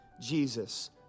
Jesus